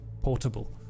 portable